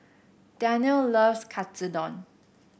Danelle loves Katsudon